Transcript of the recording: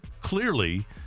clearly